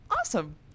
awesome